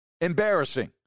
Embarrassing